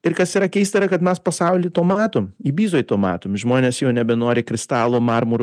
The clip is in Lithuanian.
ir kas yra keista kad mes pasauly to matom ibizoj to matom žmonės jau nebenori kristalo marmuro šampano